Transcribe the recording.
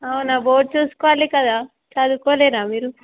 అవునా బోర్డు చూసుకోవాలి కదా చదువుకోలేరా మీరు